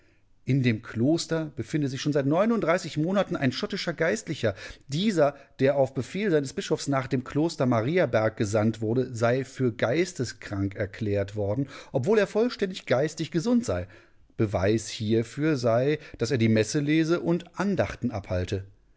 in dem kloster befinde sich schon seit monaten ein schottischer geistlicher dieser der auf befehl seines bischofs nach dem kloster mariaberg gesandt wurde sei für geisteskrank erklärt worden obwohl er vollständig geistig gesund sei beweis hierfür sei daß er die messe lese und andachten abhalte